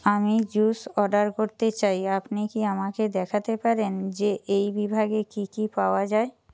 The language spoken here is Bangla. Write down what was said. আমি জুস অর্ডার করতে চাই আপনি কি আমাকে দেখাতে পারেন যে এই বিভাগে কী কী পাওয়া যায়